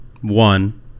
one